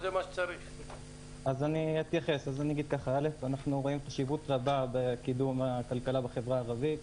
אנחנו רואים חשיבות רבה בקידום הכלכלה בחברה הערבית.